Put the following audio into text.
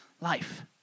life